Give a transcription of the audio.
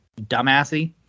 dumbassy